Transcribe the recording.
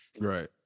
Right